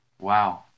Wow